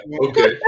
Okay